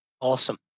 Awesome